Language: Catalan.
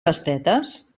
pastetes